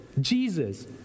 Jesus